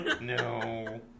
No